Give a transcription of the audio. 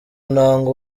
ntango